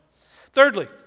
Thirdly